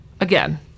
again